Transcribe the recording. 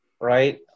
right